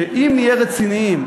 שאם נהיה רציניים,